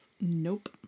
Nope